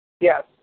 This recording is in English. Yes